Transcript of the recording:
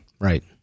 Right